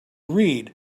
read